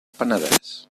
penedès